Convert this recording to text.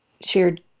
shared